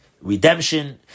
redemption